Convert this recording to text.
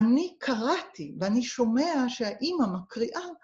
אני קראתי ואני שומע שהאימא מקריאה.